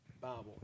Bible